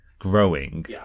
growing